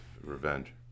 Revenge